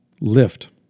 lift